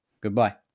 Goodbye